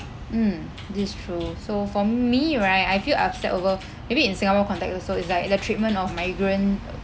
mm this is true so for m~ me right I feel upset over maybe in singapore context also it's like the treatment of migrant